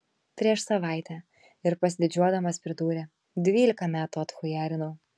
prieš savaitę ir pasididžiuodamas pridūrė dvylika metų atchujarinau